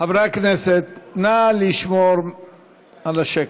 חברי הכנסת, נא לשמור על השקט.